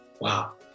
Wow